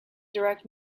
direct